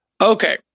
Okay